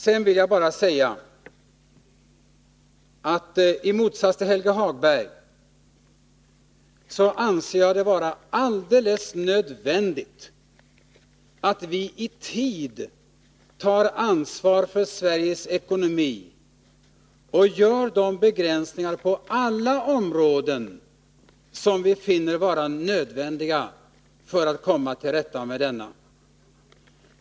Sedan vill jag bara säga att i motsats till Helge Hagberg anser jag det vara alldeles nödvändigt att vi i tid tar ansvar för Sveriges ekonomi och gör de begränsningar på alla områden som vi finner vara nödvändiga för att komma tillrätta med denna.